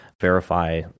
verify